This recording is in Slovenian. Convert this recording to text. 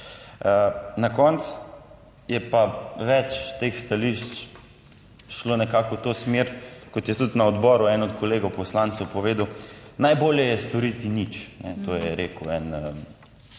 Na koncu je pa več teh stališč šlo nekako v to smer, kot je tudi na odboru eden od kolegov poslancev povedal, najbolje je storiti nič. To je rekel en kolega,